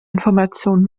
information